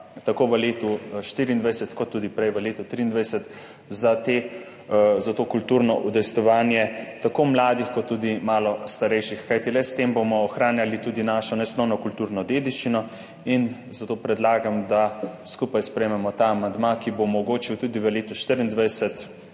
tako v letu 2024 kot tudi prej v letu 2023 za to kulturno udejstvovanje tako mladih kot tudi malo starejših. Kajti le s tem bomo ohranjali tudi našo nesnovno kulturno dediščino. Zato predlagam, da skupaj sprejmemo ta amandma, ki bo omogočil tudi v letu 2024